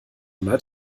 leid